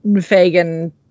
Fagan